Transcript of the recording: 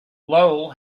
lowell